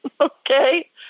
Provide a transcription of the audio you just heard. Okay